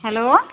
hello